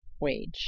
wage